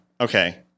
Okay